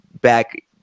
back